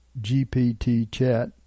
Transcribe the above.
GPT-Chat